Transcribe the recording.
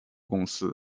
公司